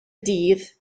dydd